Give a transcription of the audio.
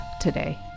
today